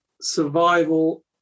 survival